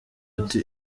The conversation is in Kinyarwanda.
ati